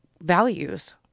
values